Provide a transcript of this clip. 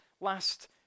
last